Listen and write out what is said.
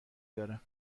دارم